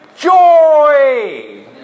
joy